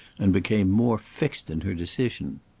and became more fixed in her decision.